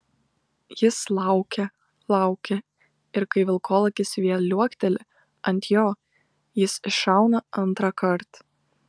jis laukia laukia ir kai vilkolakis vėl liuokteli ant jo jis iššauna antrąkart